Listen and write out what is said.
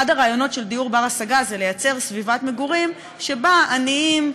אחד הרעיונות של דיור בר-השגה זה לייצר סביבת מגורים שבה עניים,